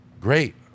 great